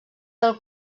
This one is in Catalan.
del